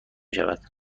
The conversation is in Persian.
شود